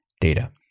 data